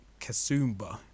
Kasumba